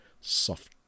soft